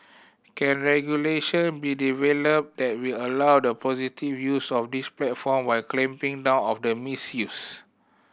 can regulation be developed that will allow the positive use of these platform while clamping down on the misuse